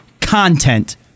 content